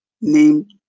named